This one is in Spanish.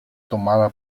tomada